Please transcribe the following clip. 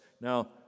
Now